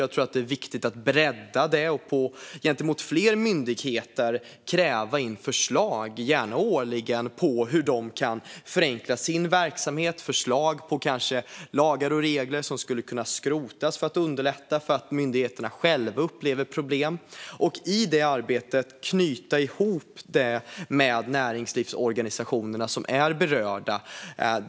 Jag tror att det är viktigt att bredda det och gentemot fler myndigheter kräva in förslag, och gärna åligganden, om hur de kan förenkla sin verksamhet - det kan vara förslag på lagar och regler som skulle kunna skrotas för att underlätta för att myndigheterna själva upplever problem. Arbetet kan knytas ihop med de näringslivsorganisationer som är berörda.